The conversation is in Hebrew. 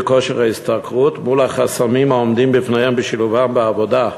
כושר ההשתכרות מול החסמים העומדים בפניהם בשילובם בעבודה,